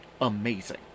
amazing